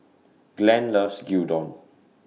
Glenn loves Gyudon